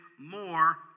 more